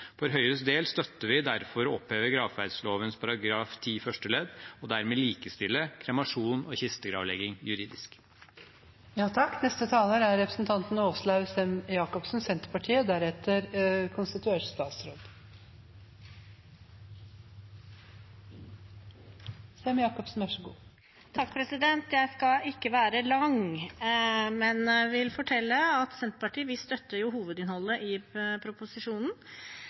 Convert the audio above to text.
For Høyres del støtter vi derfor å oppheve gravferdsloven § 10 første ledd og dermed likestille kremasjon og kistegravlegging juridisk. Jeg skal ikke være lang, men vil fortelle at Senterpartiet støtter hovedinnholdet i proposisjonen. Vi ser at det absolutt er behov for å oppdatere loven, noe jeg med erfaring fra lokalpolitikken har erfart når jeg har sittet i